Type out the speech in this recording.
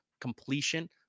completion